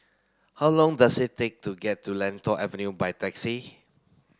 how long does it take to get to Lentor Avenue by taxi